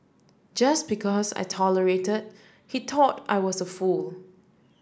just because I tolerated he thought I was a fool